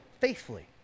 faithfully